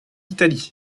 l’italie